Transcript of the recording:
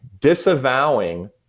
disavowing